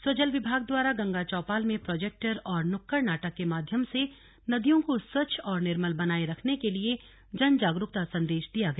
स्वजल विभाग द्वारा गंगा चौपाल में प्रोजेक्टर और नुक्कड़ नाटक के माध्यम से नदियों को स्वच्छ और निर्मल बनाये रखने के लिए जन जागरूकता का सन्देश दिया गया